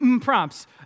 prompts